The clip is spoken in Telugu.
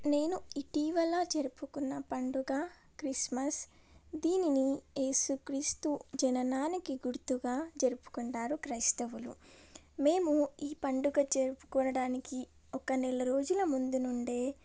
నేను ఇటీవల జరుపుకున్న పండగ క్రిస్మస్ దీనిని ఏసు క్రీస్తు జననానికి గుర్తుగా జరుపుకుంటారు క్రైస్తవులు మేము ఈ పండగ జరుపుకోవడానికి ఒక నెల రోజుల ముందు నుండే